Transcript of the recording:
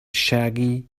shaggy